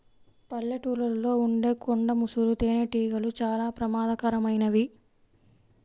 పల్లెటూళ్ళలో ఉండే కొండ ముసురు తేనెటీగలు చాలా ప్రమాదకరమైనవి